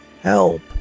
Help